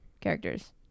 characters